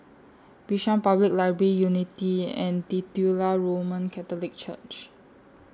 Bishan Public Library Unity and Titular Roman Catholic Church